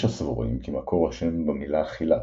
יש הסבורים כי מקור השם במילה "חילת"